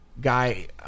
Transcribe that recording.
guy